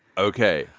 ok.